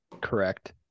Correct